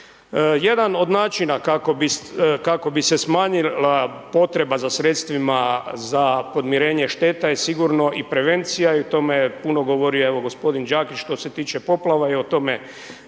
Jedan od načina kako bi se smanjila potreba za sredstvima za podmirenje šteta je sigurno i prevencija i o tome puno govori evo g. Đakić što se tiče poplava i o tome,